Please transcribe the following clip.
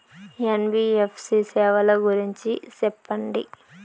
NBFC సేవల గురించి సెప్పండి?